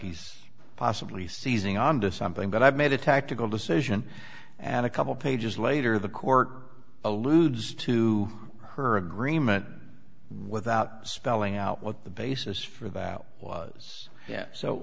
he's possibly seizing on to something but i made a tactical decision and a couple pages later the court alludes to her agreement without spelling out what the basis for that was